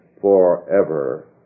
forever